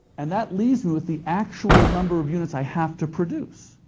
and that leaves me with the actual number of units i have to produce,